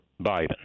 Biden